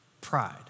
pride